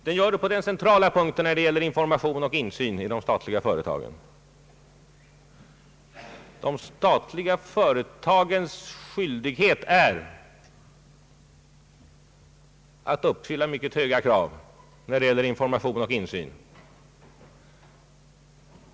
Den gör det nu på den centrala punkten när det gäller information och insyn i de statliga företagen. De statliga företagens skyldighet är att uppfylla mycket höga krav på information och insyn.